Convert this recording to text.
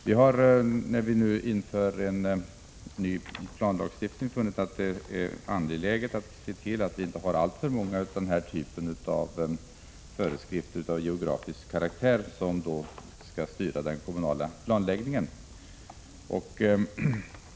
Vi har funnit att när vi nu inför en ny planlagstiftning är det angeläget att se till att vi inte har alltför många föreskrifter av denna geografiska karaktär, som skall styra den kommunala planläggningen.